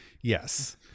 Yes